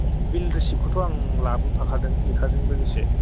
बिल receipt खौथ' आं लाबो फाखादों लेखाजों लोगोसे